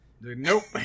Nope